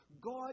God